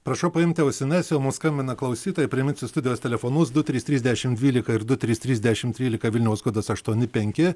prašau paimti ausines jau mum skambina klausytojai priminsiu studijos telefonus du trys trys dešim dvylika ir du trys trys dešim trylika vilniaus kodas aštuoni penki